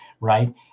right